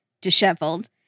disheveled